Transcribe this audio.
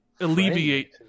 alleviate